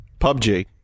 PUBG